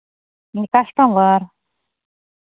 customer